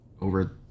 over